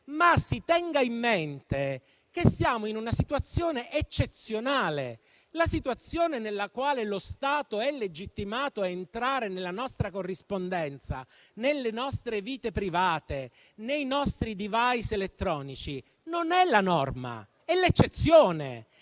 però in mente che siamo in una situazione eccezionale. La situazione nella quale lo Stato è legittimato a entrare nella nostra corrispondenza, nelle nostre vite private, nei nostri *device* elettronici, non è la norma, ma l'eccezione